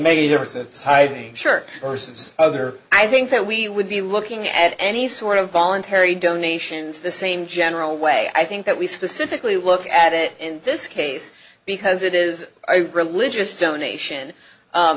some other i think that we would be looking at any sort of voluntary donation to the same general way i think that we specifically look at it in this case because it is a religious donation